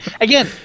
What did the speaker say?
again